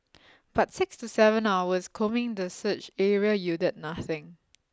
but six to seven hours combing the search area yielded nothing